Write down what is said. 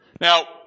Now